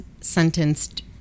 sentenced